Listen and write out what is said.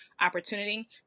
opportunity